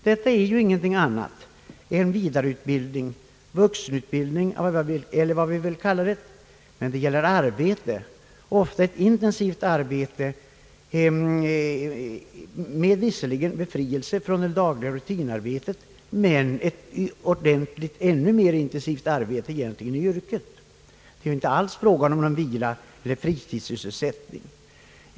Detta är ju ingenting annat än vidareutbildning — vuxenutbildning eller vad man vill kalla det — men oftast gäller det mer intensivt arbete än det dagliga rutinarbetet. Det är inte alls fråga om någon vila eller fritidssysselsättning.